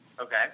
Okay